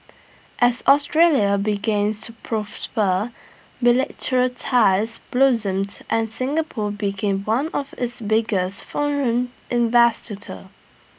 as Australia began to prosper bilateral ties blossomed and Singapore became one of its biggest foreign